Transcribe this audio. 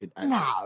No